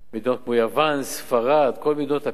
מדינות כמו יוון, ספרד, כל מדינות ה-PIIGS,